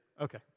Okay